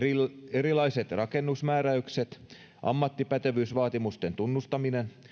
erilaiset rakennusmääräykset ammattipätevyysvaatimusten tunnustaminen